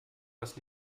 was